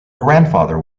grandfather